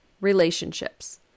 Relationships